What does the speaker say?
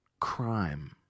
crime